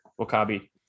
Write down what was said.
Wakabi